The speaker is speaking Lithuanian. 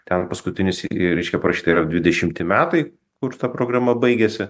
ten paskutinis reiškia parašyta yra dvidešimti metai kur ta programa baigėsi